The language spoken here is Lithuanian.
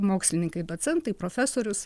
mokslininkai docentai profesorius